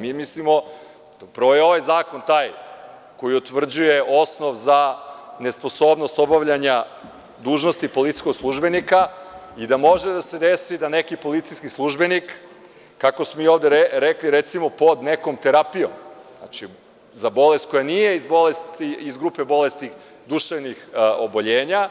Mislim da je ovaj zakon taj koji utvrđuje osnov za nesposobnost obavljanja dužnosti policijskog službenika i da može da se desi da neki policijski službenik kako smo ovde rekli je pod nekom terapijom za bolest koja nije iz grupe bolesti duševnih oboljenja,